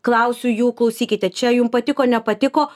klausiu jų klausykite čia jum patiko nepatiko